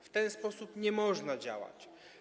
W ten sposób nie można działać.